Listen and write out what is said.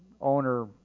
owner